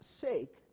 sake